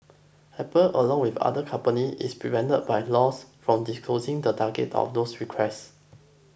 apple along with other company is prevented by laws from disclosing the targets of those requests